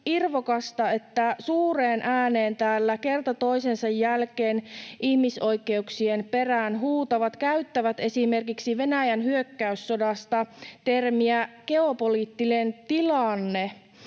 että suureen ääneen täällä kerta toisensa jälkeen ihmisoikeuksien perään huutavat käyttävät esimerkiksi Venäjän hyökkäyssodasta termiä ”geopoliittinen tilanne”,